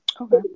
Okay